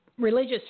Religious